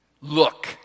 Look